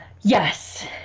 Yes